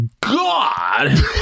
God